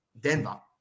Denver